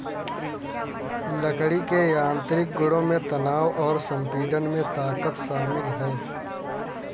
लकड़ी के यांत्रिक गुणों में तनाव और संपीड़न में ताकत शामिल है